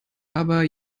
aber